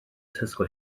tesco